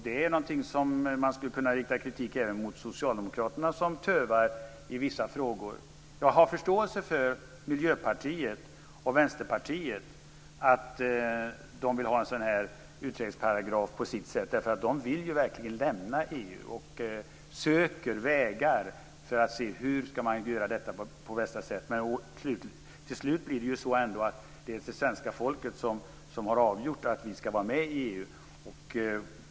Det är någonting som man skulle kunna rikta kritik även mot socialdemokraterna för, som tövar i vissa frågor. Jag har förståelse för att Miljöpartiet och Vänsterpartiet vill ha en utträdesparagraf. De vill ju verkligen lämna EU och söker vägar för att göra det på bästa sätt. Men till slut får man ändå säga att det var svenska folket som avgjorde frågan och bestämde att vi skall vara med i EU.